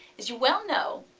as you well know,